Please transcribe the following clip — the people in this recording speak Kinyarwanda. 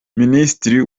minisitiri